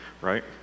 right